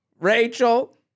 Rachel